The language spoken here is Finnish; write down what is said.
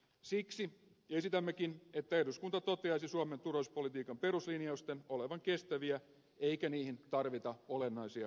siksi esitämmekin että eduskunta toteaisi suomen turvallisuuspolitiikan peruslinjausten olevan kestäviä eikä niihin tarvita olennaisia tarkistuksia